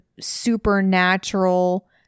supernatural